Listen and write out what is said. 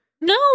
No